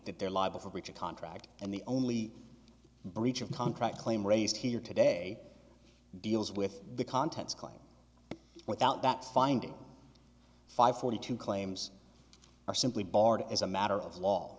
that they're liable for breach of contract and the only breach of contract claim raised here today deals with the contents claim without that finding five forty two claims are simply barred as a matter of law